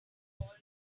all